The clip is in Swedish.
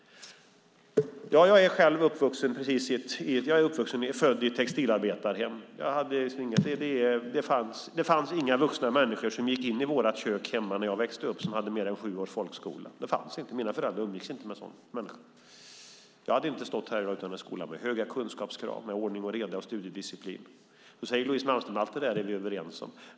Ja, jag är född i ett textilarbetarhem. Det fanns inga vuxna som gick in i vårt kök när jag växte upp som hade mer än sju års folkskola. De fanns inte. Mina föräldrar umgicks inte med sådana människor. Jag hade inte stått här i dag utan en skola med höga kunskapskrav, ordning och reda och studiedisciplin. Då säger Louise Malmström att vi är överens om allt det.